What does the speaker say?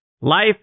Life